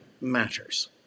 matters